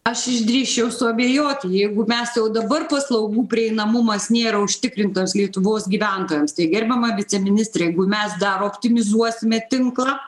aš išdrįsčiau suabejoti jeigu mes jau dabar paslaugų prieinamumas nėra užtikrintas lietuvos gyventojams tai gerbiama viceministre jeigu mes dar optimizuosime tinklą